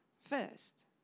first